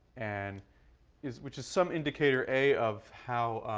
and is which is some indicator a, of how